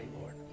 Lord